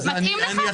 מתאים לך?